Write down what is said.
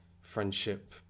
friendship